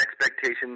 expectations